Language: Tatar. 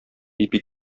ипи